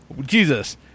Jesus